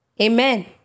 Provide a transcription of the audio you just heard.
Amen